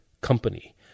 company